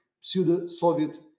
pseudo-Soviet